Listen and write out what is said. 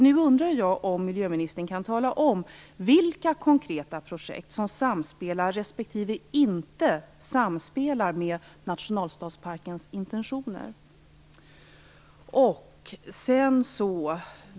Nu undrar jag om miljöministern kan tala om vilka konkreta projekt som samspelar respektive inte samspelar med nationalstadsparkens intentioner.